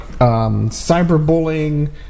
cyberbullying